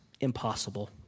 impossible